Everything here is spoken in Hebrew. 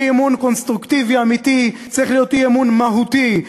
אי-אמון קונסטרוקטיבי אמיתי צריך להיות אי-אמון מהותי.